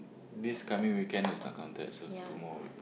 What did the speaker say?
this coming weekend is not counted so two more weeks